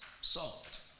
Salt